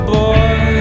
boy